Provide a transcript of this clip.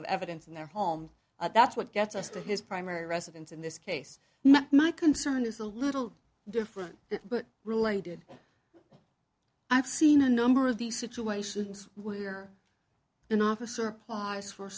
of evidence in their home that's what gets us to his primary residence in this case my concern is a little different but related i've seen a number of these situations where an officer applies for